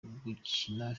gukina